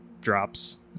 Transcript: drops